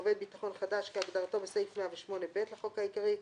"עובד ביטחון חדש" כהגדרתו בסעיף 108ב לחוק העיקרי,